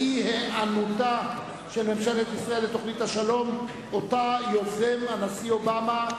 ואי-היענותה של ממשלת ישראל לתוכנית השלום שיוזם הנשיא אובמה.